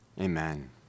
Amen